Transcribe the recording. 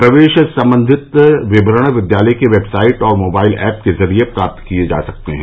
प्रवेश सम्बंधित विवरण विद्यालय की वेबसाइट और मोबाइल ऐप के जरिए प्राप्त किये जा सकते हैं